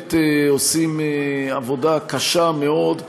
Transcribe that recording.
שבאמת עושים עבודה קשה מאוד.